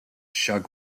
shah